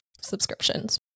subscriptions